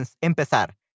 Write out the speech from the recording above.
empezar